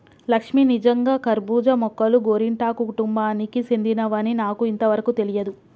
లక్ష్మీ నిజంగా కర్బూజా మొక్కలు గోరింటాకు కుటుంబానికి సెందినవని నాకు ఇంతవరకు తెలియదు